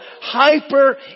hyper